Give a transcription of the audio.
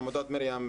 עמותת 'מרים',